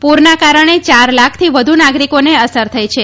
પુરના કારણે યાર લાખથી વધુ નાગરિકોને અસર થઈ છે